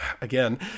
again